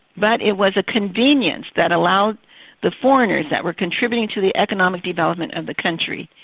but it was a convenience that allowed the foreigners that were contributing to the economic development of the country,